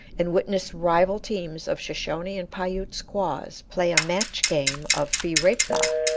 and witness rival teams of shoshone and piute squaws play a match-game of fi-re-fla,